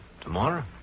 Tomorrow